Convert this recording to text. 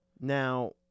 Now